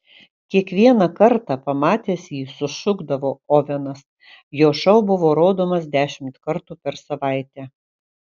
kiekvieną kartą pamatęs jį sušukdavo ovenas jo šou buvo rodomas dešimt kartų per savaitę